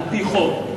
על-פי חוק,